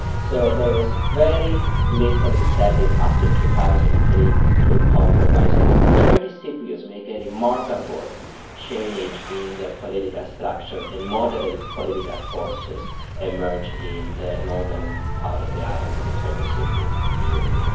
so there was very little incentive after two thousand and three to compromise when the turkish cypriots make a remarkable change in their political structure and moderate political forces emerge in the northern part of the island in the turkish cypriot community.